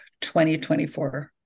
2024